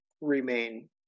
remain